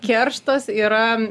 kerštas yra